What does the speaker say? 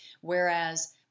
whereas